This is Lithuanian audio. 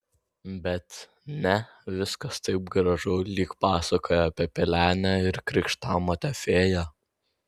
bet ne viskas taip gražu lyg pasakoje apie pelenę ir krikštamotę fėją